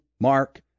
Mark